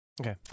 Okay